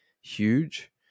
huge